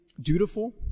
dutiful